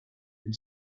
and